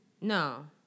No